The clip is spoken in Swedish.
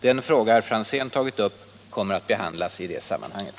Den fråga herr Franzén tagit upp kommer att behandlas i det sammahanget.